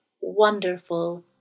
wonderful